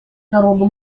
народу